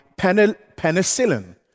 penicillin